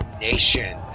nation